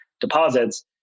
deposits